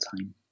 time